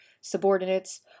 subordinates